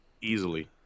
Easily